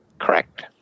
Correct